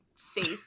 face